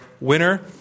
winner